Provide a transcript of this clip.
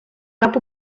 cap